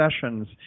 sessions